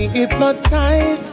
Hypnotize